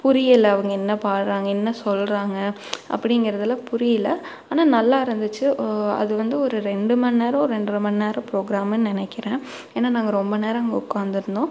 புரியலை அவங்க என்ன பாடுறாங்க என்ன சொல்லுறாங்க அப்படிங்கிறதுலாம் புரியிலை ஆனால் நல்லா இருந்துச்சு ஓ அது வந்து ஒரு ரெண்டு மணி நேரம் ரெண்ரை மணி நேரம் ப்ரோகிராமுன் நினைக்கிறேன் ஏன்னா நாங்கள் ரொம்ப நேரம் அங்கே உட்காந்துருந்தோம்